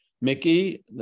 Mickey